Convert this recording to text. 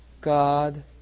God